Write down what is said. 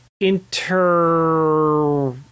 inter